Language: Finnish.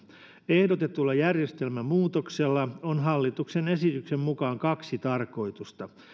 ehdotetulla järjestelmämuutoksella on hallituksen esityksen mukaan kaksi tarkoitusta